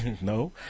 No